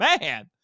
man